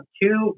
two